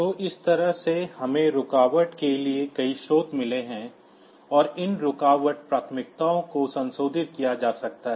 तो इस तरह से हमें रुकावट के कई स्रोत मिले हैं और इन रुकावट प्राथमिकताओं को संशोधित किया जा सकता है